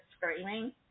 screaming